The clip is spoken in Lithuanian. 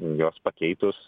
juos pakeitus